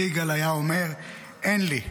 יגאל היה אומר "אין לי".